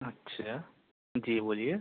اچھا جی بولیے